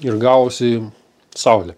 ir gavosi saulė